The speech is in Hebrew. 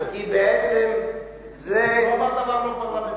אדוני, מה שאתה אומר פה, מה זה?